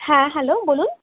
হ্যাঁ হ্যালো বলুন